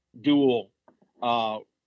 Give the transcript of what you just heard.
dual